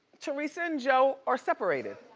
theresa and joe are separated.